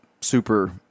super